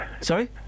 Sorry